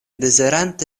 dezirante